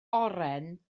oren